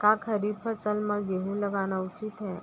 का खरीफ फसल म गेहूँ लगाना उचित है?